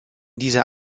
dieser